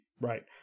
Right